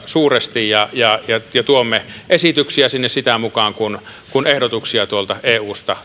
suuresti ja ja tuomme esityksiä sinne sitä mukaa kuin ehdotuksia tuolta eusta